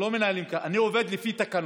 לא מנהלים כך, אני עובד לפי תקנון.